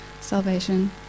salvation